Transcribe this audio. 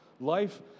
Life